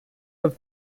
with